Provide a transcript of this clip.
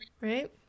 right